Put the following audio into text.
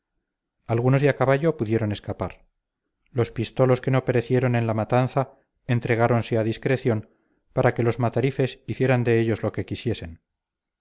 algunos de a caballo pudieron escapar los pistolos que no perecieron en la matanza entregáronse a discreción para que los matarifes hicieran de ellos lo que quisiesen